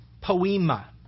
poema